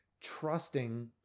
trusting